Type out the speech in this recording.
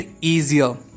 easier